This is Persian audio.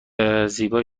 زیبای